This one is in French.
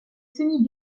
semi